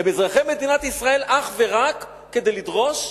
הם אזרחי מדינת ישראל אך ורק כדי לדרוש,